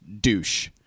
douche